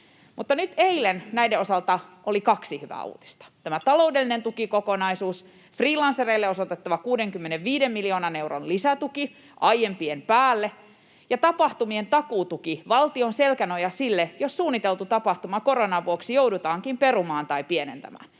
Mutta nyt eilen näiden osalta oli kaksi hyvää uutista: tämä taloudellinen tukikokonaisuus, freelancereille osoitettava 65 miljoonan lisätuki aiempien päälle, ja tapahtumien takuutuki, valtion selkänoja sille, jos suunniteltu tapahtuma koronan vuoksi joudutaankin perumaan tai pienentämään.